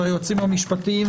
היועצים המשפטיים,